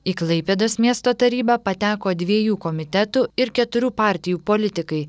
į klaipėdos miesto tarybą pateko dviejų komitetų ir keturių partijų politikai